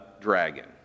dragon